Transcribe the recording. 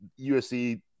USC